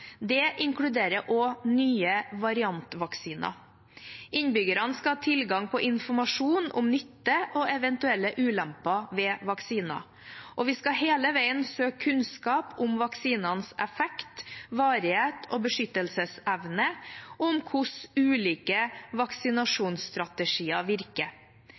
Det inkluderer også nye variantvaksiner. Innbyggerne skal ha tilgang på informasjon om nytte og eventuelle ulemper ved vaksiner, og vi skal hele veien søke kunnskap om vaksinenes effekt, varighet og beskyttelsesevne, og om hvordan ulike vaksinasjonsstrategier virker.